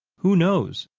who knows?